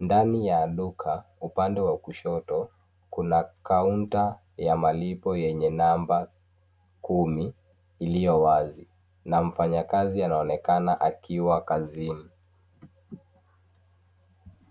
Ndani ya duka, upande wa kushoto kuna kaunta ya malipo yenye namba kumi iliyo wazi na mfanyakazi anaonekana akiwa kazini.